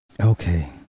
Okay